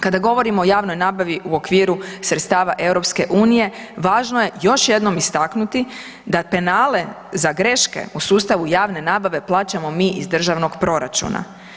Kada govorim o javnoj nabavi u okviru sredstava EU važno je još jednom istaknuti da penale za greške u sustavu javne nabave plaćamo mi iz državnog proračuna.